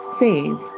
says